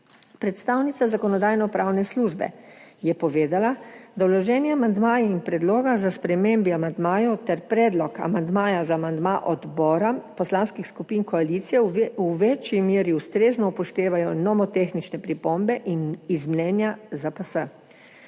Predstavnica Zakonodajno-pravne službe je povedala, da vloženi amandmaji in predloga za spremembe amandmajev ter predlog amandmaja za amandma odbora poslanskih skupin koalicije v večji meri ustrezno upoštevajo nomotehnične pripombe iz mnenja ZPS.